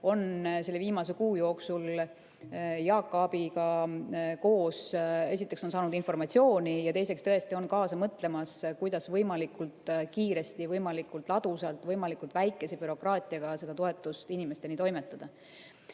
on selle viimase kuu jooksul Jaak Aabiga koos esiteks saanud informatsiooni, ja teiseks, tõesti on kaasa mõtlemas, kuidas võimalikult kiiresti, võimalikult ladusalt, võimalikult väikese bürokraatiaga see toetus inimesteni toimetada.